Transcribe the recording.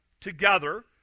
together